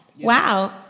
Wow